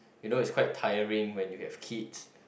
you know it's quite tiring when you have kids